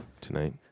tonight